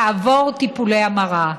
לעבור טיפולי המרה.